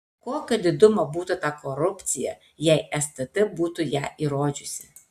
kokio didumo būtų ta korupcija jei stt būtų ją įrodžiusi